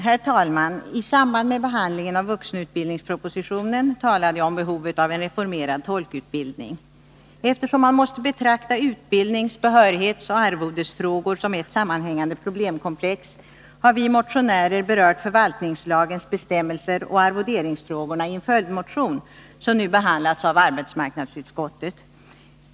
Herr talman! I samband med behandlingen av vuxenutbildningspropositionen talade jag om behovet av en reformerad tolkutbildning. Eftersom man måste betrakta utbildnings-, behörighetsoch arvodesfrågor som ett sammanhängande problemkomplex, har vi motionärer berört förvaltningslagens bestämmelser och arvoderingsfrågorna i en följdmotion, som nu behandlats av arbetsmarknadsutskottet.